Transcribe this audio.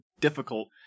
difficult